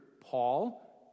Paul